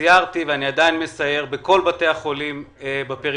סיירתי ואני עדיין מסייר בכל בתי החולים בפריפריה.